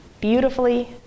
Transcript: beautifully